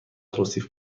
توصیف